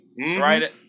right